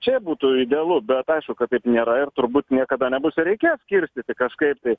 čia būtų idealu bet aišku kad taip nėra ir turbūt niekada nebus ir reikės skirstyti kažkaip tai